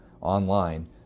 online